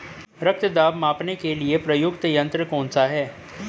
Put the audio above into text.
रक्त दाब मापने के लिए प्रयुक्त यंत्र कौन सा है?